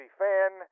fan